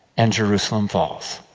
and jerusalem falls.